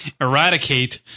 eradicate